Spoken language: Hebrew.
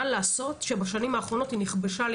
מה לעשות שבשנים האחרונות היא נכבשה על